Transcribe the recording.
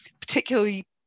particularly